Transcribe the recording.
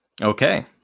Okay